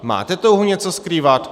Máte touhu něco skrývat?